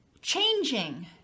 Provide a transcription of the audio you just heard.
changing